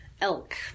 elk